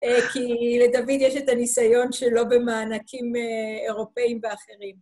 כי לדוד יש את הניסיון שלו במענקים אירופאיים ואחרים.